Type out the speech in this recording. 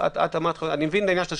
אני מבין את העניין של השקיפות,